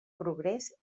progrés